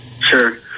Sure